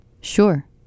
sure